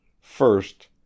first